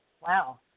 Wow